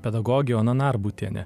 pedagogių ona narbutienė